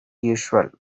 usual